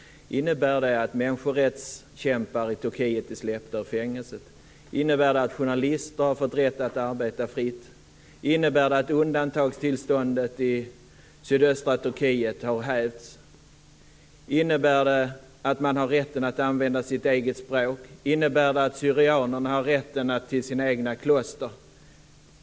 Innebär det att människorättskämpar i Turkiet blivit släppta från fängelset? Innebär det att journalister har fått rätt att arbeta fritt? Innebär det att undantagstillståndet i sydöstra Turkiet har hävts? Innebär det att man har rätten att använda sitt eget språk? Innebär det att syrianerna har rätten till sina egna kloster?